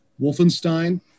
Wolfenstein